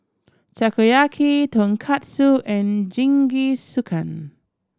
Takoyaki Tonkatsu and Jingisukan